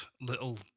little